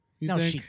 No